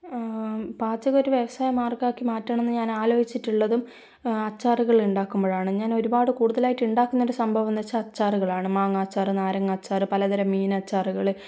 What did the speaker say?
പാചകമൊരു വ്യവസായ മാർഗ്ഗമാക്കി മാറ്റണം എന്ന് ഞാൻ ആലോചിച്ചിട്ടുള്ളതും അച്ചാറുകൾ ഉണ്ടാക്കുമ്പോഴാണ് ഞാൻ ഒരു പാട് കൂടുതലായിട്ട് ഉണ്ടാക്കുന്നൊരു സംഭവം എന്ന് വച്ചാൽ അച്ചാറുകളാണ് മാങ്ങാച്ചാർ നാരങ്ങാച്ചാർ പലതരം മീനച്ചാറുകൾ